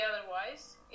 otherwise